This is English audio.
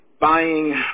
buying